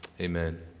Amen